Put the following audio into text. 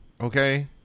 okay